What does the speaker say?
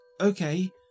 Okay